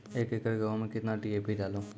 एक एकरऽ गेहूँ मैं कितना डी.ए.पी डालो?